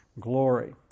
glory